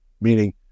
Meaning